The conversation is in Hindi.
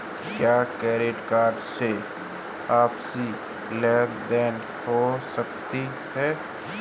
क्या क्रेडिट कार्ड से आपसी लेनदेन हो सकता है?